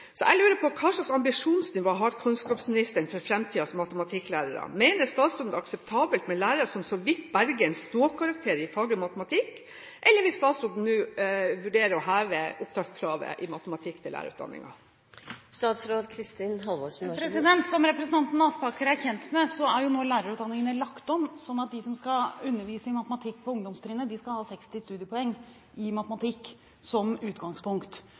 Så jeg lurer på: Hva slags ambisjonsnivå har kunnskapsministeren for fremtidens matematikklærere? Mener statsråden at det er akseptabelt med lærere som så vidt berger en ståkarakter i faget matematikk, eller vil statsråden nå vurdere å heve opptakskravet i matematikk ved lærerutdanningen? Som representanten Aspaker er kjent med, er lærerutdanningene nå lagt om sånn at de som skal undervise i matematikk på ungdomstrinnet, skal ha 60 studiepoeng i matematikk som utgangspunkt.